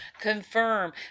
confirm